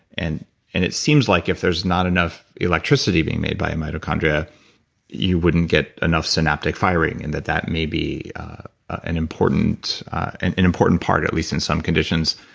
and and it seems like if there's not enough electricity being made by a mitochondria you wouldn't get enough synaptic firing, and that that may be an important an an important part, at least in some conditions